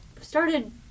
started